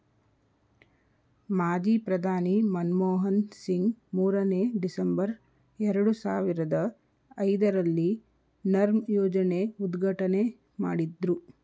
ಮಾಜಿ ಪ್ರಧಾನಿ ಮನಮೋಹನ್ ಸಿಂಗ್ ಮೂರನೇ, ಡಿಸೆಂಬರ್, ಎರಡು ಸಾವಿರದ ಐದರಲ್ಲಿ ನರ್ಮ್ ಯೋಜನೆ ಉದ್ಘಾಟನೆ ಮಾಡಿದ್ರು